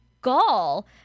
gall